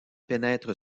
pénètre